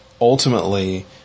ultimately